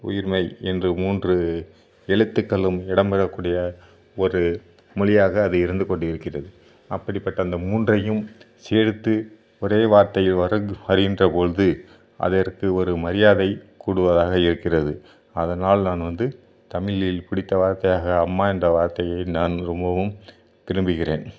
உயிர்மெய் என்ற மூன்று எழுத்துக்களும் இடம்பெறக்கூடிய ஒரு மொழியாக அது இருந்துக்கொண்டு இருக்கிறது அப்படிப்பட்ட அந்த மூன்றையும் சேர்த்து ஒரே வார்த்தையில் வர அறிந்த பொழுது ஒரு மரியாதை கூடுவதாக இருக்கிறது அதனால் நான் வந்து தமிழில் பிடித்த வார்த்தையாக அம்மா என்ற வார்த்தையை நான் ரொம்பவும் விரும்புகிறேன்